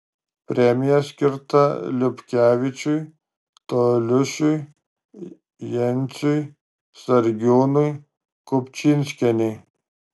premija skirta liupkevičiui toliušiui jenciui sargiūnui kupčinskienei